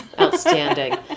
outstanding